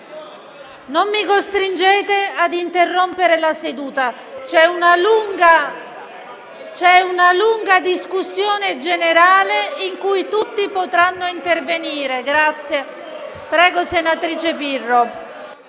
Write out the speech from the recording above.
non mi costringete ad interrompere la seduta, c'è una lunga discussione generale in cui tutti potranno intervenire. Prego, senatrice Pirro.